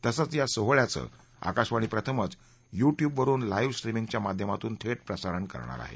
तसंच या सोहळ्याचं आकाशवाणी प्रथमच युट्युबवरुन लाईव्ह स्ट्रीमींगच्या माध्यमातून थेट प्रसारण करणार आहे